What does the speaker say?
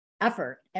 Effort